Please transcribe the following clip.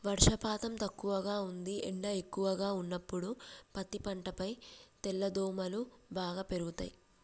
వర్షపాతం తక్కువగా ఉంది ఎండ ఎక్కువగా ఉన్నప్పుడు పత్తి పంటపై తెల్లదోమలు బాగా పెరుగుతయి